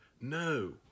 no